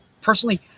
personally